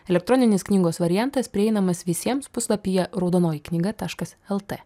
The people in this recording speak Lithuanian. elektroninis knygos variantas prieinamas visiems puslapyje raudonoji knyga taškas lt